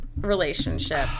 relationship